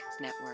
Network